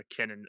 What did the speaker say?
mckinnon